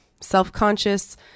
Self-conscious